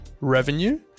revenue